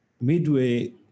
midway